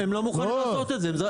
הם לא מוכנים לעשות את זה.